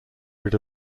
rid